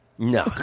No